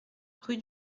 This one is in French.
rue